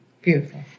beautiful